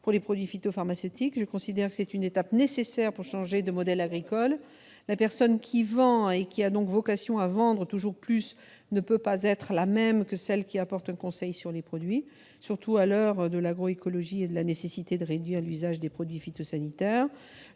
pour les produits phytopharmaceutiques. Je considère que c'est une étape nécessaire pour changer de modèle agricole. La personne qui vend, et qui a donc vocation à vendre toujours plus, ne peut pas être la même que celle qui apporte un conseil sur les produits, surtout à l'heure de l'agroécologie et de la nécessité de réduire l'usage des produits phytosanitaires.